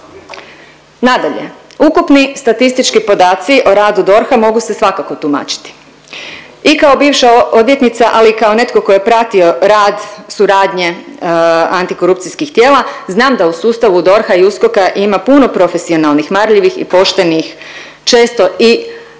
Nadalje, ukupni statistički podaci o radu DORH-a moru se svakako tumačiti. I kao bivša odvjetnica, ali kao netko tko je pratio rad suradnje antikorupcijskih tijela znam da u sustavu DORH-a i USKOK-a ima puno profesionalnih, marljivih i poštenih često i